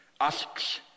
asks